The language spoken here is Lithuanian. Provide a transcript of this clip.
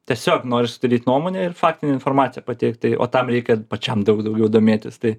tiesiog noriu sudaryt nuomonę ir faktinę informaciją pateikt tai o tam reikia pačiam daug daugiau domėtis tai